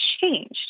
changed